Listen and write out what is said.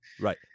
right